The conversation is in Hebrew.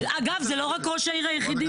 אגב זה לא רק ראש העיר היחידי.